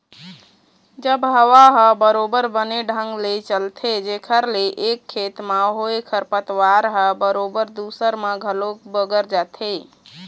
जब हवा ह बरोबर बने ढंग ले चलथे जेखर ले एक खेत म होय खरपतवार ह बरोबर दूसर म घलोक बगर जाथे